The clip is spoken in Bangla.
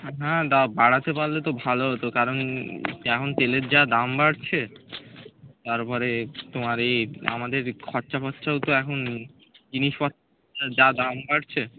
হ্যাঁ দাম বাড়াতে পারলে তো ভালো হতো কারণ এখন তেলের যা দাম বাড়ছে তারপরে তোমার এই আমাদের খরচা ফরচাও তো এখন জিনিসপত্রের যা দাম বাড়ছে